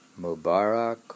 Mubarak